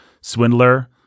swindler